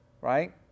Right